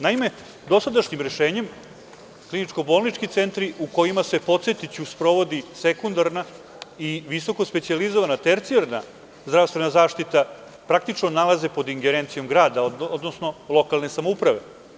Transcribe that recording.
Naime, dosadašnjim rešenjem kliničko-bolnički centri u kojima se sprovodi sekundarna i visokospecijalizovana tercijarna zdravstvena zaštite, praktično nalaze pred ingerencijom grada, odnosno lokalne samouprave.